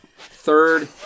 Third